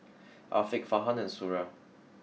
Afiq Farhan and Suria